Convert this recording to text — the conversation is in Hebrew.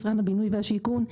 משרד הבינוי והשיכון,